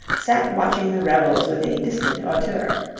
sat watching the revels with a distant hauteur.